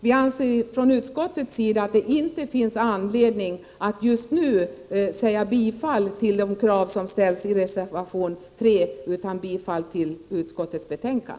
Vi anser från utskottets sida att det inte finns anledning att just nu tillstyrka de krav som ställs i reservationen utan yrkar bifall till utskottets hemställan.